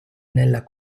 nella